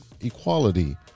equality